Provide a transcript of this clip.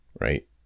right